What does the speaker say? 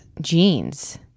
jeans